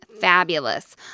fabulous